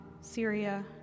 Syria